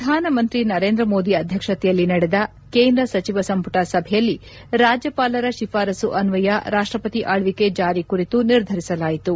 ಪ್ರಧಾನ ಮಂತ್ರಿ ನರೇಂದ್ರ ಮೋದಿ ಅಧ್ಯಕ್ಷತೆಯಲ್ಲಿ ನಡೆದ ಕೇಂದ್ರ ಸಚಿವ ಸಂಪುಟ ಸಭೆಯಲ್ಲಿ ರಾಜ್ಙಪಾಲರ ಶಿಫಾರಸು ಅನ್ವಯ ರಾಷ್ಷವತಿ ಆಲ್ವಕೆ ಜಾರಿ ಕುರಿತು ನಿರ್ಧರಿಸಲಾಯಿತು